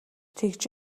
тэгж